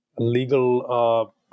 legal